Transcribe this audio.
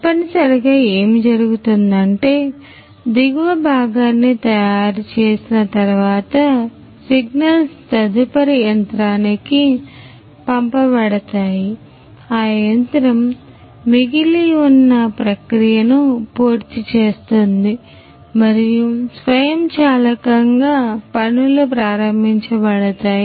తప్పనిసరిగా ఏమి జరుగుతుందంటే దిగువ భాగాన్ని తయారు చేసినతరువాత సిగ్నల్స్ తదుపరి యంత్రానికి పంపబడతాయి ఆ యంత్రం మిగిలి ఉన్న ప్రక్రియను పూర్తి చేస్తుంది మరియు స్వయంచాలకంగా పనులు ప్రారంభించబడతాయి